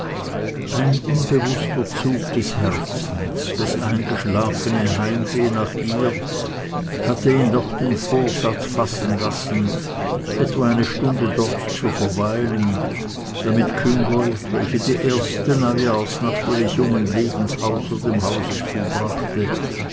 ein unbewußter zug des herzens das eingeschlafene heimweh nach ihr hatte ihn doch den vorsatz fassen lassen etwa eine stunde dort zu verweilen damit küngolt welche die erste neujahrsnacht ihres jungen lebens außer dem hause zubrachte